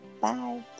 Bye